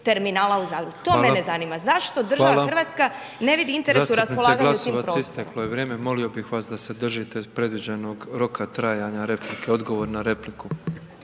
terminala u Zadru. To mene zanima. Zašto država Hrvatska ne vidi interes u raspolaganju tim prostorom?